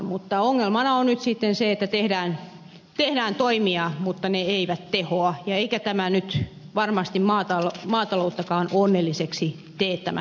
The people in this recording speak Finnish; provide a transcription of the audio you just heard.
mutta ongelmana on nyt sitten se että tehdään toimia mutta ne eivät tehoa eikä tämä nyt varmasti maatalouttakaan onnelliseksi tee tämä tilanne